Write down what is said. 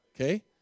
Okay